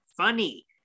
funny